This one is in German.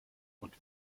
und